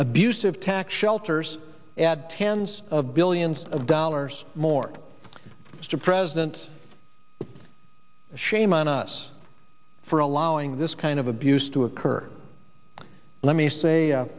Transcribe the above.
abusive tax shelters at tens of billions of dollars more mr president shame on us for allowing this kind of abuse to occur let me say